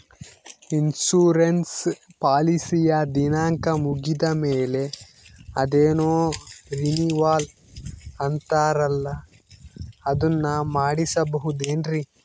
Insurance ಪಾಲಿಸಿಯ ದಿನಾಂಕ ಮುಗಿದ ಮೇಲೆ ಅದೇನೋ ರಿನೀವಲ್ ಅಂತಾರಲ್ಲ ಅದನ್ನು ಮಾಡಿಸಬಹುದೇನ್ರಿ?